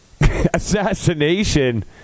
assassination